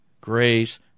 grace